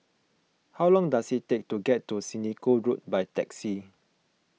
how long does it take to get to Senoko Road by taxi